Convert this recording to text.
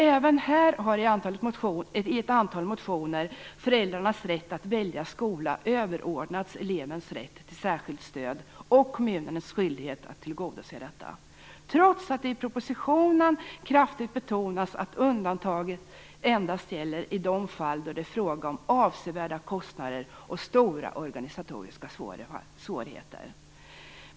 Även här har i ett antal motioner föräldrarnas rätt att välja skola överordnats elevens rätt till särskilt stöd och kommunernas skyldighet att tillgodose detta, trots att det i propositionen kraftigt betonas att undantaget endast gäller i de fall då det är fråga om avsevärda kostnader och stora organisatoriska svårigheter.